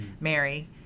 Mary